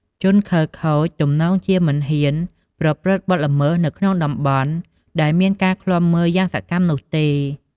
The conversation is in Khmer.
ជនខិលខូចទំនងជាមិនហ៊ានប្រព្រឹត្តបទល្មើសនៅក្នុងតំបន់ដែលមានការឃ្លាំមើលយ៉ាងសកម្មនោះទេ។